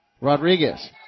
Rodriguez